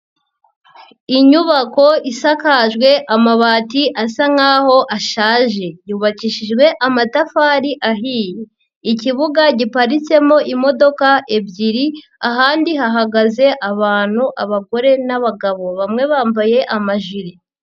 Inyubako isakajwe amabati asa nk'aho ashaje, yubakishijwe amatafari ahiye, ikibuga giparitsemo imodoka ebyiri, ahandi hahagaze abantu, abagore n'abagabo, bamwe bambaye amajiri.